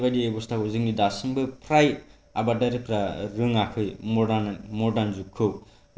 जेखिनो एक के जि होग्राया दुइ के जि ओंखारनो हागोन बेबादि बेबसथाखौ जोंनि दासिमबो फ्राय आबादारिफोरा रोङाखै मडार्न मडार्न जुगखौ दा